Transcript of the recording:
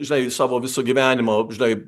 žinai savo viso gyvenimo žinai